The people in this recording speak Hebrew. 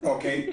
אוקיי.